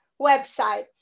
website